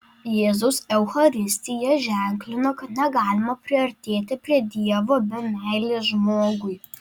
jėzaus eucharistija ženklina kad negalima priartėti prie dievo be meilės žmogui